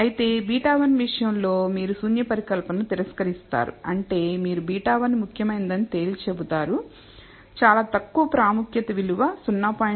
అయితే β1 విషయంలో మీరు శూన్య పరికల్పనను తిరస్కరిస్తారు అంటే మీరు β1 ముఖ్యమైనదని తేల్చి చెబుతారు చాలా తక్కువ ప్రాముఖ్యత విలువ 0